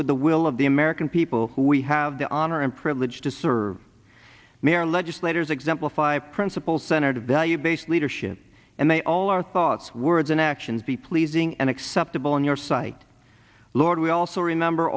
with the will of the american people we have the honor and privilege to serve me our legislators exemplify principle centered of value based leadership and they all are thoughts words and actions the pleasing and acceptable in your sight lord we also remember